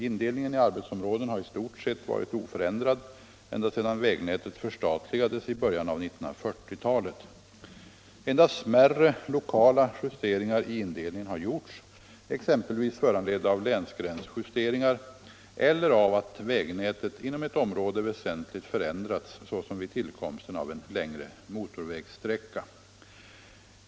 Indelningen i arbetsområden har i stort sett varit oförändrad ända sedan vägnätet förstatligades i början av 1940-talet. Endast smärre lokala justeringar i indelningen har gjorts, exempelvis föranledda av länsgränsjusteringar eller av att vägnätet inom ett område väsentligt förändrats såsom vid tillkomsten av en längre motorvägssträcka.